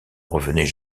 revenaient